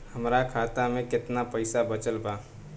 हमरा खाता मे केतना पईसा बचल बा?